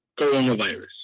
coronavirus